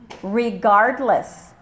Regardless